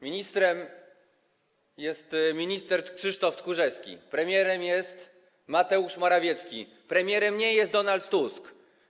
Ministrem jest minister Krzysztof Tchórzewski, premierem jest Mateusz Morawiecki, premierem nie jest Donald Tusk.